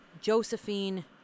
Josephine